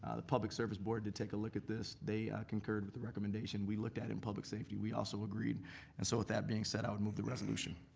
ah the public service board did take a look at this. they concurred with the recommendation. we looked at it in public safety, we also agreed. and so with that being said i would move the resolution.